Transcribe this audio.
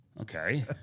okay